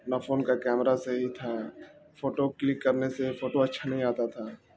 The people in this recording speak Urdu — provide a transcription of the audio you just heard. ن فون کا کیمرہ سے ہی تھا فوٹو کلک کرنے سے فوٹو اچھا نہیں آتا تھا